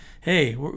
hey